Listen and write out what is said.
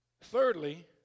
Thirdly